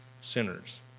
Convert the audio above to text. sinners